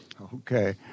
Okay